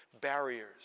barriers